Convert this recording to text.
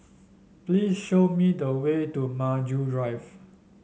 please show me the way to Maju Drive